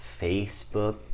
Facebook